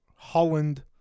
Holland